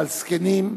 זקנים,